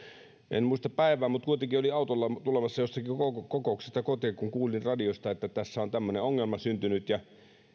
en muista päivää mutta kuitenkin olin autolla tulossa jostakin kokouksesta kotiin kun ensimmäisen kerran kuulin radiosta että tässä on tämmöinen ongelma syntynyt ja